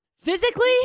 Physically